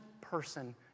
person